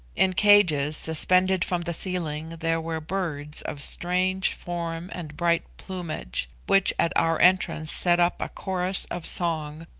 in cages suspended from the ceiling there were birds of strange form and bright plumage, which at our entrance set up a chorus of song,